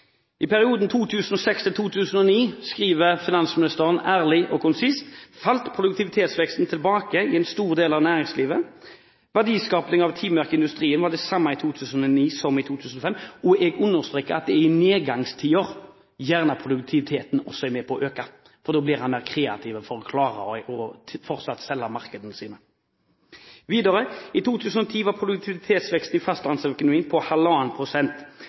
«I perioden 2006–2009», skriver finansministeren ærlig og konsist, «falt produktivitetsveksten tilbake i en stor del av næringslivet.» Verdiskapingen av et timeverk i industrien var den samme i 2009 som i 2005. Og jeg understreker at det gjerne er i nedgangstider produktiviteten øker, for da blir en mer kreativ, og folk klarer fortsatt å selge i markedene sine. Videre står det: «I 2010 var produktivitetsveksten i fastlandsøkonomien på